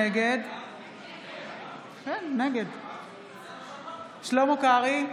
נגד שלמה קרעי,